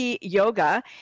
Yoga